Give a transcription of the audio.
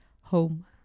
home